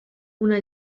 una